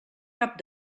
cap